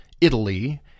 Italy